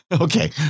Okay